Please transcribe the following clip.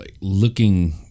looking